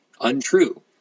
untrue